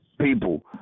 people